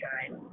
Time